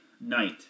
Night